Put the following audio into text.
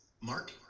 Mark